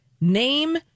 Name